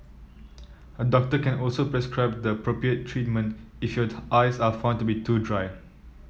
a doctor can also prescribe the appropriate treatment if your eyes are found to be too dry